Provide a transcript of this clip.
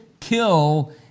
kill